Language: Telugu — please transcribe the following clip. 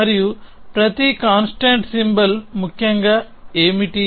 మరియు ప్రతి కాన్స్ట్టాంట్ సింబల్ ముఖ్యంగా ఏమిటి